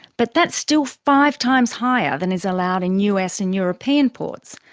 but that's still five times higher than is allowed in us and european ports.